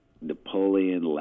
Napoleon